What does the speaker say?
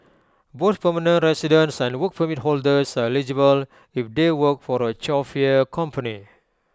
both permanent residents and Work Permit holders are eligible if they work for A chauffeur company